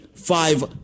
five